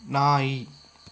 ನಾಯಿ